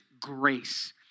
Grace